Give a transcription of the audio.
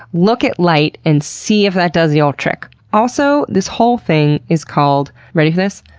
look at light and see if that does the ol' trick. also, this whole thing is called, ready for this,